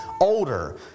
older